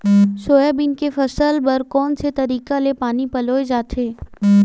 Soybean के फसल बर कोन से तरीका ले पानी पलोय जाथे?